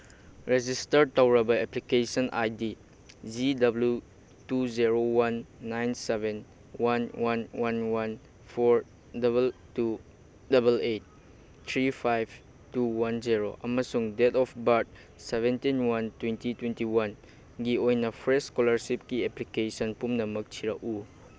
register ꯇꯧꯔꯕ application I D G W two zero one nine seven one one one one four double two double eight three five two one zero ꯑꯃꯁꯨꯡ date of birth seventeen one twenty twenty ꯋꯥꯟꯒꯤ ꯑꯣꯏꯅ fresh ꯏꯁꯀꯣꯂꯥꯔꯁꯤꯞꯀꯤ application ꯄꯨꯝꯅꯃꯛ ꯊꯤꯔꯛꯎ